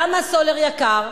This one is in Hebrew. למה הסולר יקר?